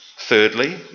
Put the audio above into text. Thirdly